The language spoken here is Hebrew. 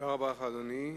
תודה רבה לך, אדוני.